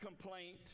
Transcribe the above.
complaint